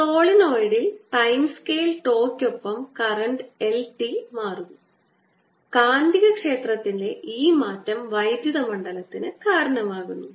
സോളിനോയിഡിൽ time scale τ ക്കൊപ്പം current I t മാറുന്നു കാന്തികക്ഷേത്രത്തിലെ ഈ മാറ്റം വൈദ്യുത മണ്ഡലത്തിന് കാരണമാകുന്നു